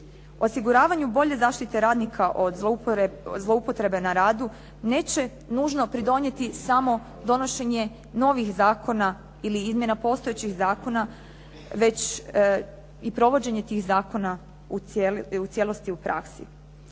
Osiguravanju bolje zaštite radnika od zloupotrebe na radu neće nužno pridonijeti samo donošenje novih zakona ili izmjena postojećih zakona već i provođenje tih zakona u cijelosti u praksi.